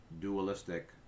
dualistic